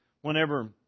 whenever